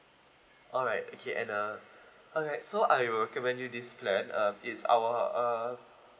alright okay and uh alright so I will recommend you this plan uh it's our uh